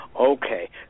Okay